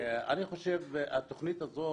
אני חושב שהתוכנית הזאת